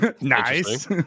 nice